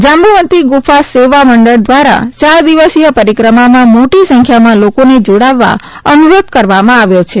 જાંબુવતી ગુફા સેવા મંડળ દ્રારા ચાર દિવસય પરિક્રમામાં મોટી સંખ્યામાં લોકોને જોડાવવા અનુરોધ કરવામાં આવ્યો છે